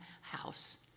house